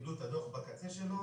וקיבלו את הדוח בקצה שלו,